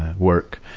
work.